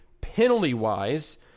Penalty-wise